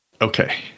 Okay